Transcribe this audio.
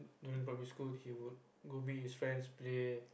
during primary school he would go meet his friends play